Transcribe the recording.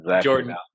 Jordan